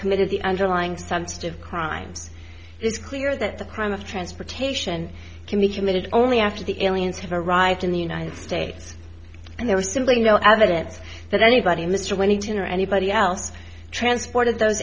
committed the underlying sensitive crimes it's clear that the crime of transportation can be committed only after the aliens have arrived in the united states and there was simply no evidence that anybody mr winter anybody else transported those